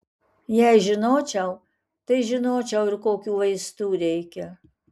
jei žinočiau tai žinočiau ir kokių vaistų reikia